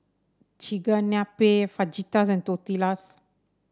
Chigenabe Fajitas and Tortillas